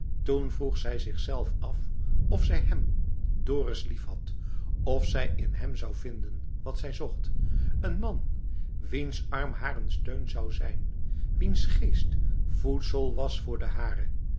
toen vroeg zij zichzelf af of zij hem dorus liefhad of zij in hem zou vinden wat zij zocht een man wiens arm haar een steun zou zijn wiens geest voedsel was voor den haren